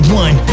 one